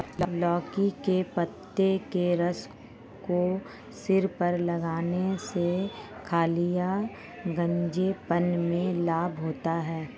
लौकी के पत्ते के रस को सिर पर लगाने से खालित्य या गंजेपन में लाभ होता है